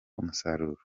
umusaruro